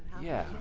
yeah,